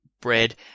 bread